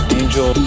angel